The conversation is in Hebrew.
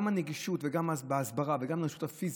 גם הנגישות, גם ההסברה וגם הנגישות הפיזית.